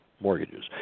mortgages